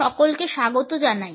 সকলকে স্বাগত জানাই